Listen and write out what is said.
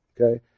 Okay